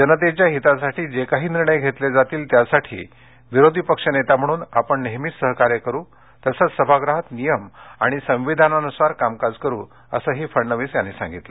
जनतेच्या हितासाठी जे काही निर्णय घेतले जातील त्यासाठी विरोधी पक्षनेता म्हणून नेहमीच सहकार्य करू तसंच सभागृहात नियम आणि संविधानानुसार कामकाज करू असंही फडणवीस यावेळी म्हणाले